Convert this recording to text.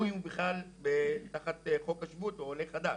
או אם הוא בכלל תחת חוק השבות או עולה חדש.